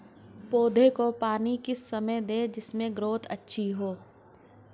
पौधे को पानी किस समय दें जिससे ग्रोथ अच्छी हो?